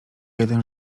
jeden